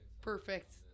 perfect